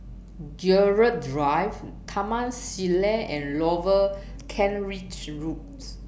Gerald Drive Taman Sireh and Lower Kent Ridge Roads